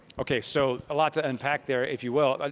okay, so a lot to unpack there, if you will.